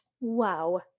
Wow